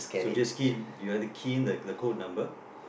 so just key in you either key in the code number